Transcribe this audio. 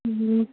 ꯎꯝ